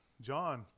John